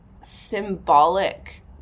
symbolic